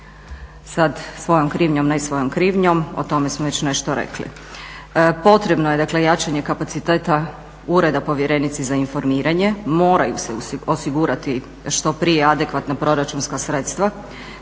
Sad svojom krivnjom, ne svojom krivnjom o tome smo već nešto rekli. Potrebno je, dakle jačanje kapaciteta Ureda povjerenice za informiranje, moraju se osigurati što prije adekvatna proračunska sredstva